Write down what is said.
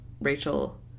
Rachel